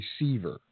receiver